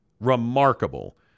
Remarkable